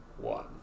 one